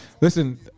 listen